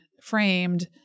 framed